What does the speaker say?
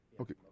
Okay